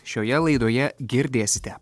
šioje laidoje girdėsite